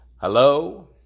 Hello